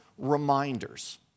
reminders